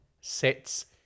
sets